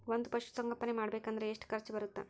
ಒಂದ್ ಪಶುಸಂಗೋಪನೆ ಮಾಡ್ಬೇಕ್ ಅಂದ್ರ ಎಷ್ಟ ಖರ್ಚ್ ಬರತ್ತ?